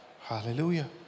Hallelujah